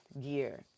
gear